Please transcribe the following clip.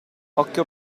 occhio